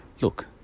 look